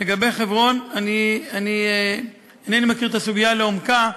לגבי חברון, אינני מכיר את הסוגיה לעומקה.